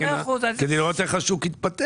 ואחרי זה הם משלמים יותר יקר.